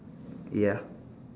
ya